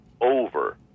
over